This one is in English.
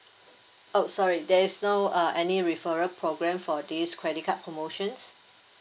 oh sorry there's no uh any referral program for this credit card promotions